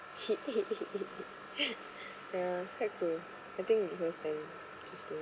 ya it's quite cool I think Liho fan interesting